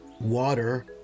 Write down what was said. water